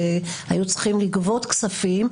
היו צריכים לגבות כספים,